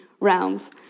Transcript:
realms